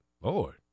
Lord